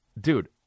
Dude